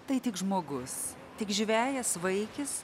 tai tik žmogus tik žvejas vaikis